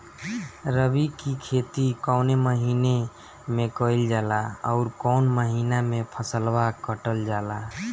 रबी की खेती कौने महिने में कइल जाला अउर कौन् महीना में फसलवा कटल जाला?